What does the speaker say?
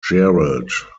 gerald